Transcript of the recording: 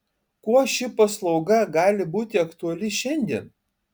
kuo ši paslauga gali būti aktuali šiandien